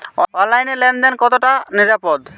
অনলাইনে লেন দেন কতটা নিরাপদ?